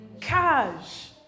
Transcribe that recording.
cash